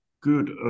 good